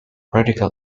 radical